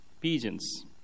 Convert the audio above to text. pigeons